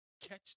catch